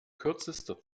kürzester